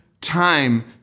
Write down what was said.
time